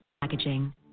Packaging